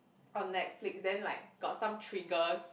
on Netflix then like got some triggers